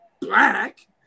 black